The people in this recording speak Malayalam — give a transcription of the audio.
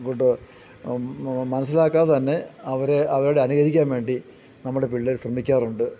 കൊണ്ട് മനസ്സിലാക്കാതെ തന്നെ അവരെ അവരുടെ അനുകരിക്കാൻ വേണ്ടി നമ്മുടെ പിള്ളേർ ശ്രമിക്കാറുണ്ട്